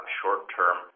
short-term